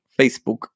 Facebook